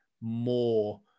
more